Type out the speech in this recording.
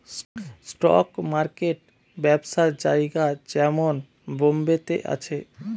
stock market ব্যবসার জায়গা যেমন বোম্বে তে আছে